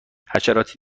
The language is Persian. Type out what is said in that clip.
حشراتی